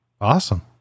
awesome